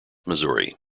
missouri